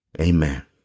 Amen